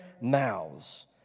mouths